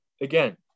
again